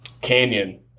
canyon